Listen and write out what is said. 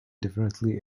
differently